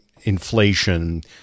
inflation